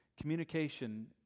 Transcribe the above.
Communication